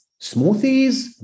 smoothies